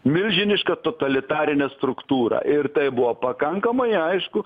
milžinišką totalitarinę struktūrą ir tai buvo pakankamai aišku